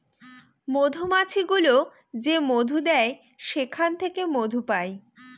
মধুমাছি গুলো যে মধু দেয় সেখান থেকে মধু পায়